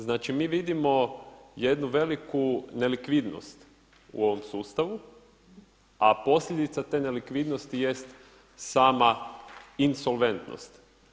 Znači mi vidimo jednu veliku nelikvidnost u ovom sustavu, a posljedica te nelikvidnosti jest sama insolventnost.